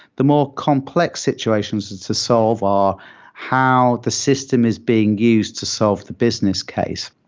the more complex situations to solve are how the system is being used to solve the business case.